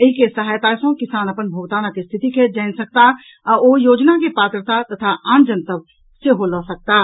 एहि के सहायता सॅ किसान अपन भोगतानक स्थिति के जानि सकताह आ ओ योजना के पात्रता तथा आन जनतब सेहो लऽ सकताह